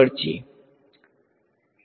surface પર